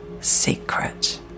secret